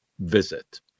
visit